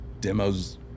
demos